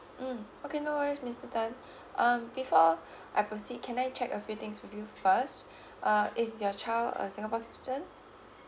mm okay no worry mister tan um before I proceed can I check a few things with you first uh is your child a singapore's citizen